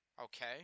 okay